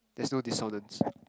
there's no dissonance